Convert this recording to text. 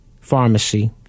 pharmacy